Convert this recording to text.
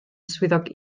swyddog